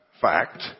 fact